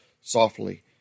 softly